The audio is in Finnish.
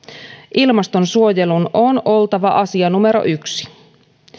ilmastonsuojelun on oltava asia numero yksi